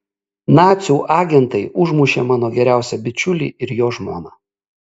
nacių agentai užmušė mano geriausią bičiulį ir jo žmoną